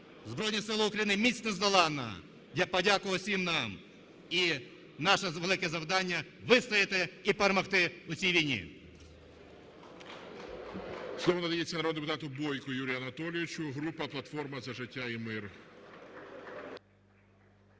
Збройні Сили України – міць нездоланна! Я подякую всім нам, і наше велике завдання – вистояти і перемогти у цій війні.